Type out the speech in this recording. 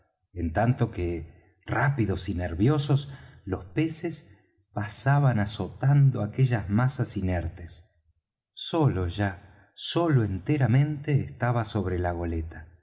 en tanto que rápidos y nerviosos los peces pasaban azotando aquellas masas inertes solo ya solo enteramente estaba sobre la goleta